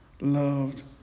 loved